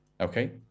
Okay